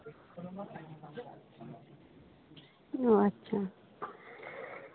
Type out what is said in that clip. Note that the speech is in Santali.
ᱚ ᱟᱪᱪᱷᱟ